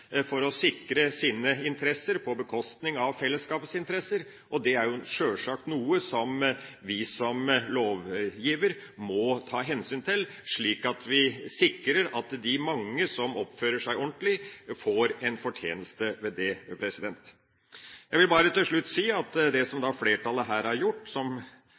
for å sikre sine interesser på bekostning av fellesskapets interesser. Det er sjølsagt noe vi som lovgiver må ta hensyn til, slik at vi sikrer at de mange som oppfører seg ordentlig, får en fortjeneste ved det. Jeg vil til slutt bare si at det som flertallet her har kommet fram til, og som